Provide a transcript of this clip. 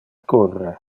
curre